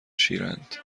شیرند